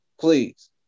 Please